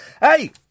Hey